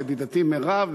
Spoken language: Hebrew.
ידידתי מירב,